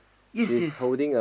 yes yes